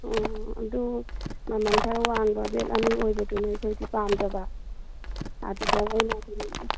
ꯎꯝ ꯑꯗꯨ ꯃꯃꯟ ꯈꯔ ꯋꯥꯡꯕ ꯕꯦꯗ ꯑꯅꯤ ꯑꯣꯏꯕꯗꯨꯅ ꯑꯩꯈꯣꯏꯗꯤ ꯄꯥꯝꯖꯕ ꯑꯗꯨꯗ ꯅꯣꯏꯅ ꯑꯗꯨꯝ